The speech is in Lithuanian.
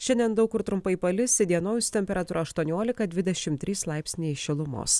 šiandien daug kur trumpai palis įdienojus temperatūra aštuoniolika dvidešimt trys laipsniai šilumos